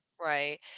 right